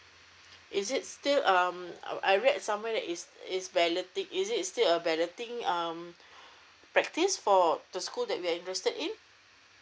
is it still um uh I read somewhere that is it's balloting is it still a balloting um practice for the school that we are interested in